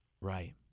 Right